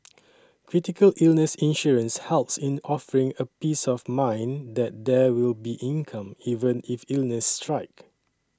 critical illness insurance helps in offering a peace of mind that there will be income even if illnesses strike